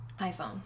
iPhone